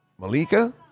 Malika